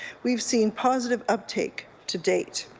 we've seen positive uptick to date.